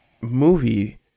movie